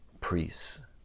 priests